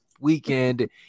weekend